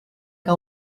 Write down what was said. que